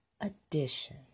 addition